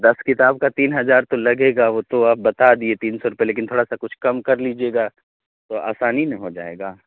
دس کتاب کا تین ہزار تو لگے گا وہ تو آپ بتا دیے تین سو روپے لیکن تھوڑا سا کچھ کم کر لیجیے گا تو آسانی میں ہو جائے گا